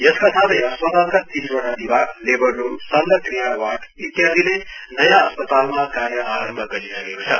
यसका साथै अस्पतालका तीसवटा विभाग लेबर रूम शल्यक्रिया वार्ड इत्यादिले नयाँ अस्पतालमा कार्य आरम्भ गरिसकेको छ